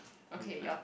okay